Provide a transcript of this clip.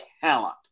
talent